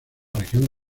región